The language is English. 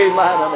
Amen